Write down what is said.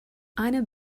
einer